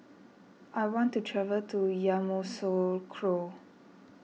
I want to travel to Yamoussoukro